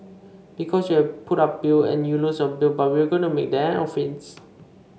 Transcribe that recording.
because you have put up bail and you lose your bail but we are going to make that an offence